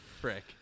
frick